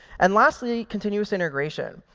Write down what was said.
and lastly, continuous integration.